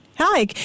Hi